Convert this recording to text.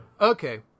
Okay